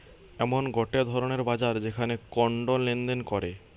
এমন গটে ধরণের বাজার যেখানে কন্ড লেনদেন করে